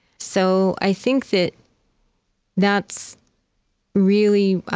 so i think that that's really,